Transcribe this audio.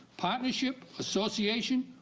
partnership, association,